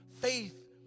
Faith